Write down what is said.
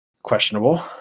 questionable